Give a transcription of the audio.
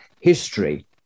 history